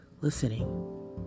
listening